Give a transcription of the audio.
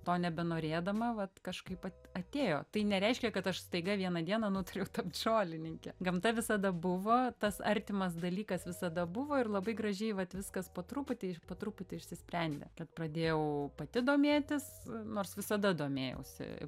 to nebenorėdama vat kažkaip vat atėjo tai nereiškia kad aš staiga vieną dieną nutariau tapt žolininke gamta visada buvo tas artimas dalykas visada buvo ir labai gražiai vat viskas po truputį po truputį išsisprendė kad pradėjau pati domėtis nors visada domėjausi